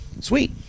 Sweet